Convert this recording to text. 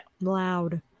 loud